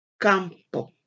Campo